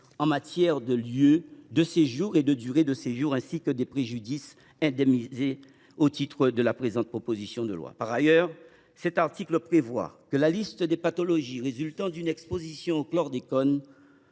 de la preuve pour le lieu et la durée de séjour, ainsi que les préjudices indemnisés au titre de la présente proposition de loi. Par ailleurs, le même article 2 prévoit que la liste des pathologies résultant d’une exposition au chlordécone,